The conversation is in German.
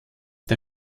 der